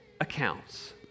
accounts